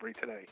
today